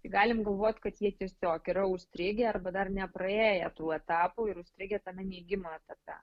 tai galim galvot kad jie tiesiog yra užstrigę arba dar nepraėję tų etapų ir užstrigę tame neigimo etape